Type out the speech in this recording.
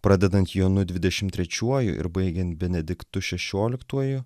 pradedant jonu dvidešim trečiuoju ir baigiant benediktu šešioliktuoju